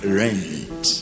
rent